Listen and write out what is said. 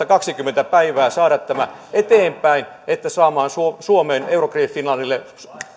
kaksikymmentä päivää saada tämä eteenpäin saada suomeen euroclear finlandille